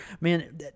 Man